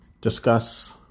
discuss